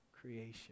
creation